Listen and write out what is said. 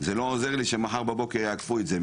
זה לא עוזר לי שמחר בבוקר יאכפו את זה.